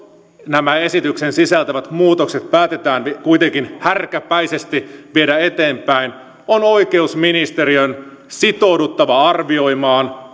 nämä esityksen sisältämät muutokset päätetään kuitenkin härkäpäisesti viedä eteenpäin on oikeusministeriön sitouduttava arvioimaan